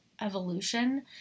evolution